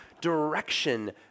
direction